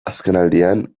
azkenaldian